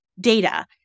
data